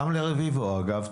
גם לרביבו אגב,